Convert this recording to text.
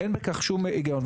אין בכך שום היגיון.